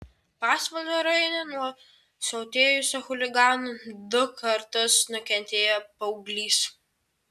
pasvalio rajone nuo siautėjusių chuliganų du kartus nukentėjo paauglys